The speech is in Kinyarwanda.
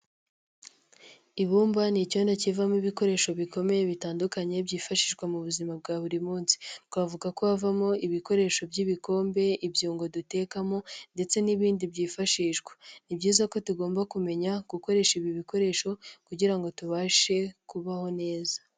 Ibumba ni icyondo kivamo ibikoresho bikomeye bitandukanye byifashishwa mu buzima bwa buri munsi. Twavuga ko havamo ibikoresho by'ibikombe ibyombo dutekamo ndetse n'ibindi byifashishwa, ni byiza ko tugomba kumenya gukoresha ibi bikoresho kugira ngo tubashe kubaho neza.